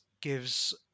gives